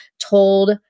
told